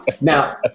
Now